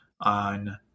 on